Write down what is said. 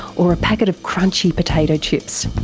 or a packet of crunchy potato chips?